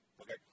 Okay